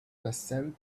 transcend